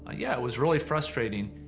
ah yeah it was really frustrating.